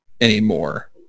anymore